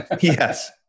Yes